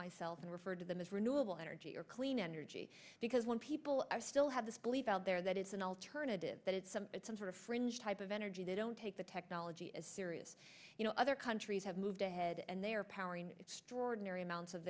myself and refer to them as renewable energy or clean energy because when people are still have this belief out there that it's an alternative but it's some sort of fringe type of energy they don't take the technology is serious you know other countries have moved ahead and they are powering extraordinary amounts of